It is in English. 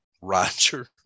Roger